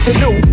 new